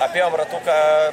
apėjom ratuką